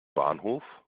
bahnhof